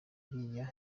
iriya